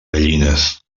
gallines